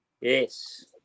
Yes